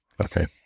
Okay